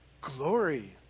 glory